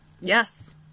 Yes